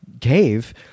cave